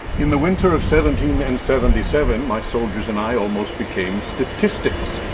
in the winter of seventeen and seventy seven my soldiers and i almost became statistics.